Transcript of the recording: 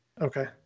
Okay